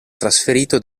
trasferito